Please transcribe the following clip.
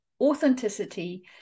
authenticity